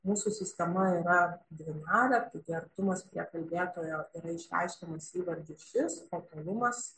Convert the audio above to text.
mūsų sistema yra dvinarė taigi artumas prie kalbėtojo yra išreiškiamas įvardžiu šis tolumas